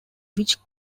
which